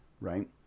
right